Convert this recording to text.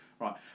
Right